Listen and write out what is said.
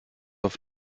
auf